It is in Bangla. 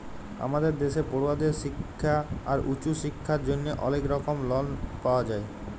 আমাদের দ্যাশে পড়ুয়াদের শিক্খা আর উঁচু শিক্খার জ্যনহে অলেক রকম লন পাওয়া যায়